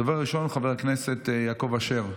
הדובר הראשון, חבר הכנסת יעקב אשר,